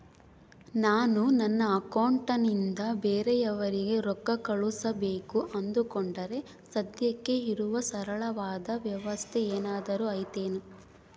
ನಾನು ನನ್ನ ಅಕೌಂಟನಿಂದ ಬೇರೆಯವರಿಗೆ ರೊಕ್ಕ ಕಳುಸಬೇಕು ಅಂದುಕೊಂಡರೆ ಸದ್ಯಕ್ಕೆ ಇರುವ ಸರಳವಾದ ವ್ಯವಸ್ಥೆ ಏನಾದರೂ ಐತೇನು?